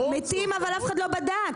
מתים אבל אף אחד לא בדק,